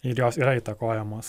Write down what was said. ir jos yra įtakojamos